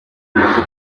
amaze